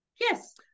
Yes